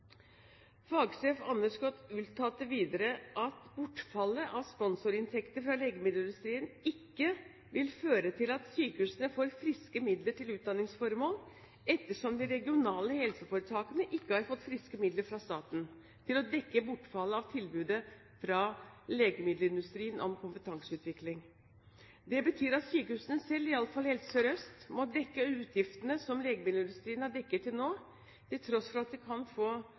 Fagsjef Andersgaard uttalte videre at bortfallet av sponsorinntekter fra legemiddelindustrien ikke vil føre til at sykehusene får friske midler til utdanningsformål ettersom de regionale helseforetakene ikke har fått friske midler fra staten til å dekke bortfallet av tilbudet fra legemiddelindustrien om kompetanseutvikling. Det betyr at sykehusene selv, i alle fall i Helse Sør Øst, må dekke utgiftene som legemiddelindustrien har dekket til nå, til tross for at det kan få